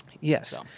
Yes